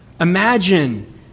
Imagine